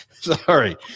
Sorry